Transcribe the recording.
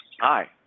hi